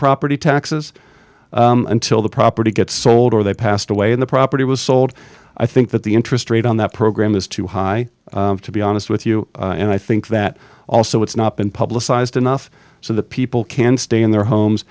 property taxes until the property gets sold or they passed away in the property was sold i think that the interest rate on that program is too high to be honest with you and i think that also it's not been publicized enough so that people can stay in their homes